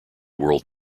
world